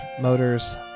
motors